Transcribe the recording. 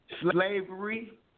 slavery